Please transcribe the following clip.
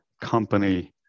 company